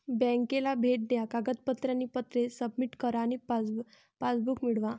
बँकेला भेट द्या कागदपत्रे आणि पत्रे सबमिट करा आणि पासबुक मिळवा